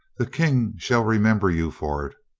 the king shall remember you for it.